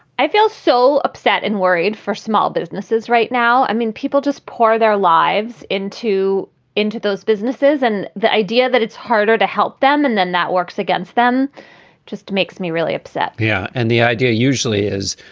i feel so upset and worried for small businesses right now. i mean, people just pour their lives into into those businesses. and the idea that it's harder to help them and then that works against them just makes me really upset yeah. and the idea usually is,